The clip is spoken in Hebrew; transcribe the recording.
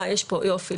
יופי.